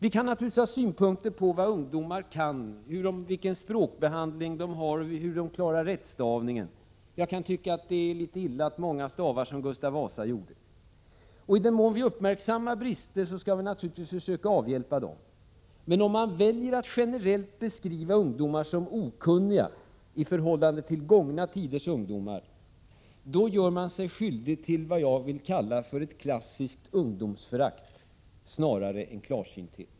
Vi kan naturligtvis ha synpunkter på vad ungdomar kan, vilken språkbehandling de har och hur de klarar rättstavningen — och jag kan tycka att det är litet illa att många stavar som Gustav Vasa gjorde. I den mån vi uppmärksammar brister skall vi naturligtvis försöka avhjälpa dem, men om man väljer att generellt beskriva ungdomar som okunniga i förhållande till gångna tiders ungdomar gör man sig skyldig till det jag vill kalla för ett klassiskt ungdomsförakt snarare än klarsynthet.